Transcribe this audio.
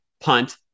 punt